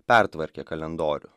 pertvarkė kalendorių